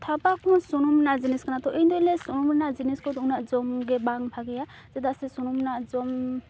ᱛᱷᱟᱵᱟᱠᱚ ᱥᱩᱱᱩᱢ ᱨᱮᱱᱟᱜ ᱡᱤᱱᱤᱥ ᱠᱟᱱᱟ ᱛᱚ ᱤᱧᱫᱚᱧ ᱞᱟᱹᱭᱟ ᱥᱩᱱᱩᱢ ᱨᱮᱱᱟᱜ ᱡᱤᱱᱤᱥᱠᱚ ᱩᱱᱟᱹᱜ ᱡᱚᱢᱜᱮ ᱵᱟᱝ ᱵᱷᱟᱜᱮᱭᱟ ᱪᱮᱫᱟᱜ ᱥᱮ ᱥᱩᱱᱩᱢ ᱨᱮᱱᱟᱜ ᱡᱚᱢ